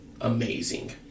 amazing